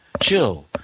Chill